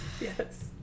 Yes